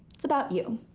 it's about you.